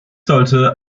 sollte